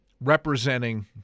representing